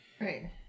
right